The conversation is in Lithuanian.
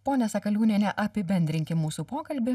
pone sakaliūniene apibendrinkim mūsų pokalbį